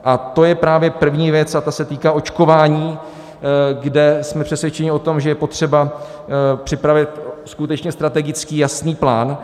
A to je právě první věc a ta se týká očkování, kde jsme přesvědčeni o tom, že je potřeba připravit skutečně strategický jasný plán.